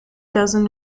dozen